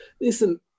listen